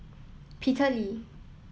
Peter Lee